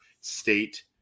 state